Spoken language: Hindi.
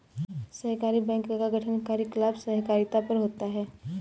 सहकारी बैंक का गठन कार्यकलाप सहकारिता पर होता है